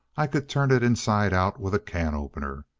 i could turn it inside out with a can opener.